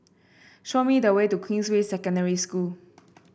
show me the way to Queensway Secondary School